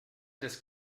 des